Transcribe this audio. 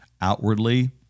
outwardly